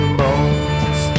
bones